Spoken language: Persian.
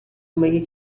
مگه